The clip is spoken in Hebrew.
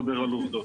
עובדות.